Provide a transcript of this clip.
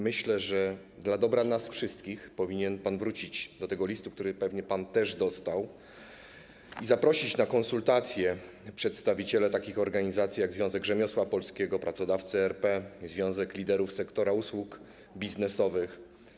Myślę, że dla dobra nas wszystkich powinien pan wrócić do tego listu, który pewnie pan też dostał, i zaprosić na konsultacje przedstawicieli organizacji takich jak: Związek Rzemiosła Polskiego, Pracodawcy RP, Związek Liderów Sektora Usług Biznesowych,